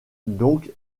donc